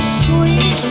sweet